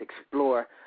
explore